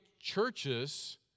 churches